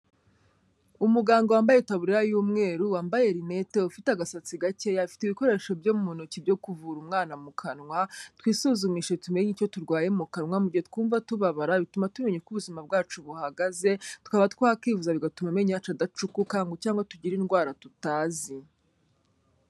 Umuganga wambaye Itaburiya y'umweru, wambaye rinete, ufite agasatsi gakeya, afite ibikoresho byo mu ntoki byo kuvura umwana mu kanwa. Twisuzumishe tumenye icyo turwaye mu kanwa, mu gihe twumva tubabara bituma tumenya uko ubuzima bwacu buhagaze, tukaba twakwivuza, bigatuma amenyo yacu adacukuka ngo cyangwa tugire indwara tutazi.